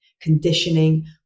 conditioning